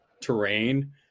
terrain